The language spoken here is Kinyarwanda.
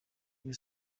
iyi